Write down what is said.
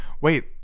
Wait